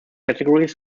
categories